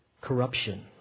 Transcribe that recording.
corruption